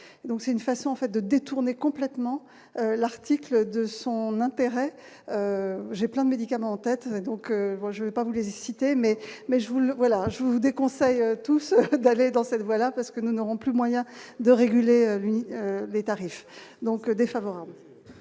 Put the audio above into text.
c'est une façon fait de détourner complètement l'article de son intérêt, j'ai plein de médicaments en tête, donc moi je vais pas vous les il mais mais je voulais voilà je vous déconseille tous d'aller dans cette voie-là parce que nous n'aurons plus moyen de réguler l'une les tarifs donc défavorable.